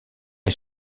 est